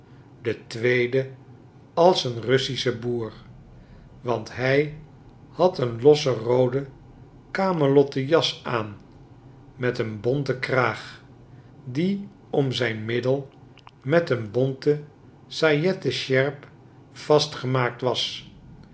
de tweede als een russische boer want hij had een losse roode kamelotten jas aan met een bonten kraag die om zijn middel met een bonte sajetten sjerp vastgemaakt was